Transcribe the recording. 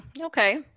Okay